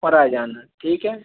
पर आ जाना ठीक है